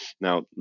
Now